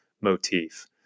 motif